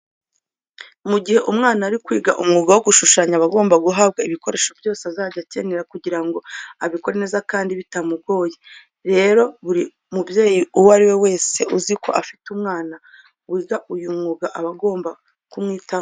Mu gihe umwana ari kwiga umwuga wo gushushanya aba agomba guhabwa ibikoresho byose azajya akenera kugira ngo abikore neza kandi bitamugoye. Rero buri mubyeyi uwo ari we wese uzi ko afite umwana wiga uyu mwuga aba agomba kumwitaho.